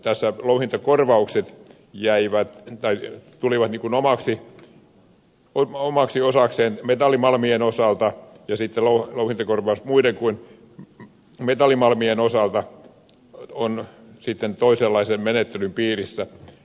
tässä louhintakorvaukset tulivat omaksi osakseen metallimalmien osalta kun taas louhintakorvaus muiden kuin metallimalmien osalta on toisenlaisen menettelyn piirissä